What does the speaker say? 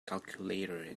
calculator